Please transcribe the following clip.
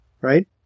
right